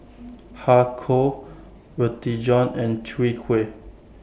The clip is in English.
Har Kow Roti John and Chwee Kueh